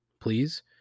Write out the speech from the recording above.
please